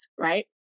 right